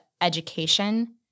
education